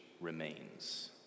remains